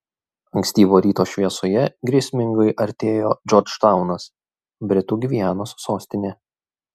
ankstyvo ryto šviesoje grėsmingai artėjo džordžtaunas britų gvianos sostinė